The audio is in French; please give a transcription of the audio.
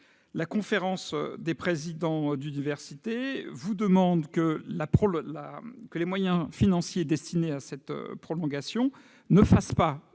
la conférence des présidents d'université vous demande que les moyens financiers destinés à cette prolongation ne fassent pas